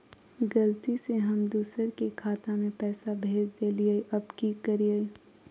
गलती से हम दुसर के खाता में पैसा भेज देलियेई, अब की करियई?